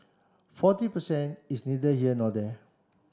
forty per cent is neither here nor there